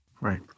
Right